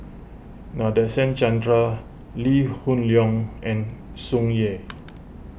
Nadasen Chandra Lee Hoon Leong and Tsung Yeh